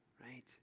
right